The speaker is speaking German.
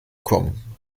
kommen